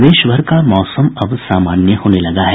प्रदेशभर का मौसम अब सामान्य होने लगा है